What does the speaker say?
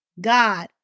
God